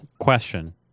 question